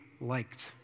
liked